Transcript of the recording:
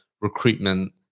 recruitment